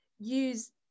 use